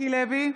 מיקי לוי,